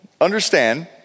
Understand